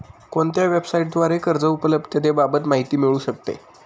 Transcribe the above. कोणत्या वेबसाईटद्वारे कर्ज उपलब्धतेबाबत माहिती मिळू शकते?